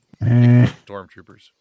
stormtroopers